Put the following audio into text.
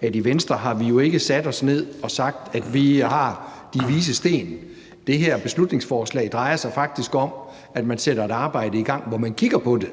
at vi i Venstre jo ikke har sat os ned og sagt, at vi har de vises sten. Det her beslutningsforslag drejer sig faktisk om, at man sætter et arbejde i gang, hvor man kigger på det,